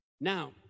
Now